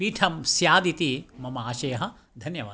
पीठं स्यादिति मम आशयः धन्यवादः